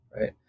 right